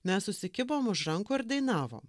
mes susikibom už rankų ir dainavom